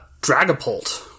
Dragapult